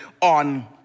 on